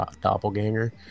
doppelganger